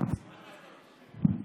תודה רבה,